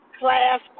class